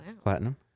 platinum